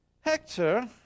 Hector